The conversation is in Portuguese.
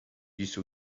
disse